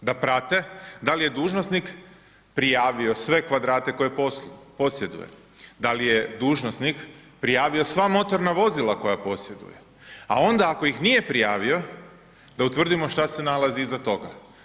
Da prate da li je dužnosnik prijavio sve kvadrate koje posjeduje, da li je dužnosnik prijavio sva motorna vozila koja posjeduje, a onda ako ih nije prijavio, da utvrdimo što se nalazi iza toga.